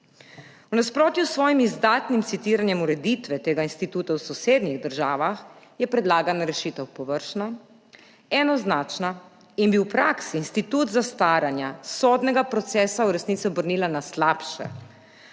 V nasprotju s svojim izdatnim citiranjem ureditve tega instituta v sosednjih državah, je predlagana rešitev površna, enoznačna in bi v praksi institut zastaranja sodnega procesa v resnici obrnila na slabše.